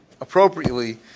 appropriately